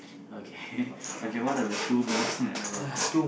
okay okay one of the two most memorable things